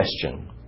question